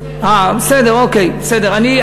בסדר, אוקיי.